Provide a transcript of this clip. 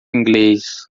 inglês